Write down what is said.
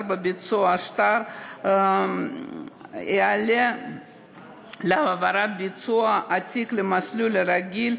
או ביצוע שטר לא תהווה עוד עילה להעברת ביצוע התיק למסלול הרגיל.